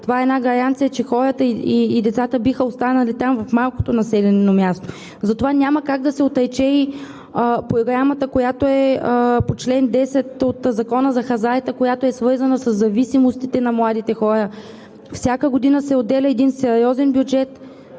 Това е гаранция, че хората и децата биха останали в малките населени места. Няма как да се отрече и програмата по чл. 10 от Закона за хазарта, която е свързана със зависимостите на младите хора. Всяка година се отделя сериозен бюджет,